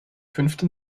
fünfte